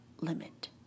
limit